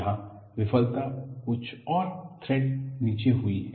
यहां विफलता कुछ थ्रेड नीचे हुई है